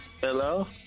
Hello